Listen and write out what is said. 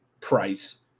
price